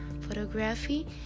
photography